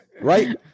right